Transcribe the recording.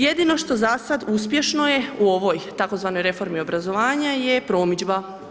Jedino što zasad, uspješno je, u ovoj tzv. reformi obrazovanja je promidžba.